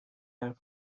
حرف